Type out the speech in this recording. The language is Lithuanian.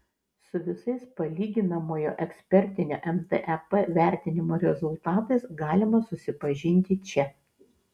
su visais palyginamojo ekspertinio mtep vertinimo rezultatais galima susipažinti čia